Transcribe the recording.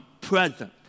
present